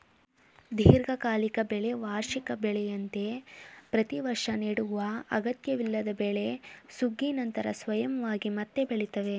ದೀರ್ಘಕಾಲಿಕ ಬೆಳೆ ವಾರ್ಷಿಕ ಬೆಳೆಯಂತೆ ಪ್ರತಿವರ್ಷ ನೆಡುವ ಅಗತ್ಯವಿಲ್ಲದ ಬೆಳೆ ಸುಗ್ಗಿ ನಂತರ ಸ್ವಯಂವಾಗಿ ಮತ್ತೆ ಬೆಳಿತವೆ